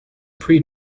pre